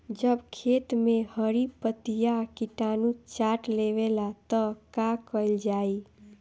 जब खेत मे हरी पतीया किटानु चाट लेवेला तऽ का कईल जाई?